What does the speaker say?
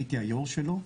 הייתי היו"ר שלו,